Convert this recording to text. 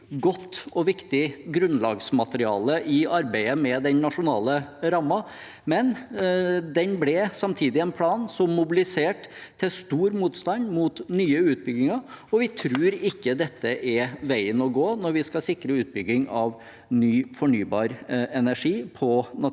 godt og viktig grunnlagsmateriale i arbeidet med den nasjonale rammen, men den ble samtidig en plan som mobiliserte til stor motstand mot nye utbygginger. Vi tror ikke dette er veien å gå når vi skal sikre utbygging av ny fornybar energi på naturens